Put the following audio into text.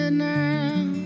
now